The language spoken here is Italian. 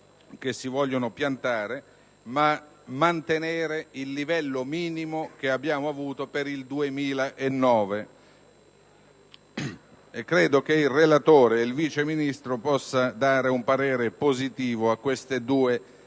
che si vogliono piantare, perché l'obiettivo è mantenere il livello minimo che abbiamo avuto per il 2009. Credo che il relatore ed il Vice Ministro possano dare un parere positivo su queste due